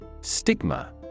Stigma